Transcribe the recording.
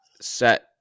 set